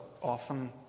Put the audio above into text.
often